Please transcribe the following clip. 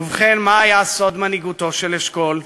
ובכן, מה היה סוד מנהיגותו של אשכול?